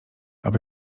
aby